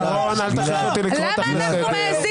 שרון, אל תכריחי